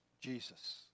Jesus